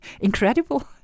incredible